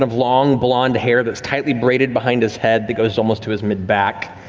um long, blond hair that's tightly braided behind his head that goes almost to his mid-back.